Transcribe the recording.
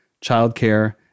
childcare